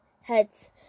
heads